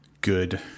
good